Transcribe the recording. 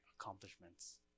accomplishments